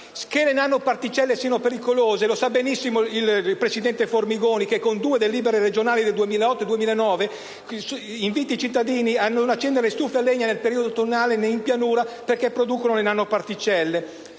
Che le nanoparticelle siano pericolose lo sa benissimo il presidente Formigoni, che con due delibere regionali del 2008 del 2009 ha invitato i cittadini a non accendere le stufe a legna nel periodo autunnale in pianura perché producono le nanoparticelle.